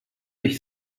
ich